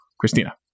christina